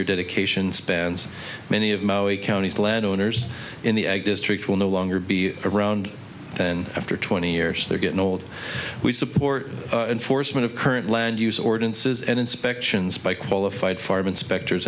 year dedication spans many of maui counties landowners in the ag district will no longer be around then after twenty years they're getting old we support enforcement of current land use ordinances and inspections by qualified farm inspectors